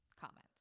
comments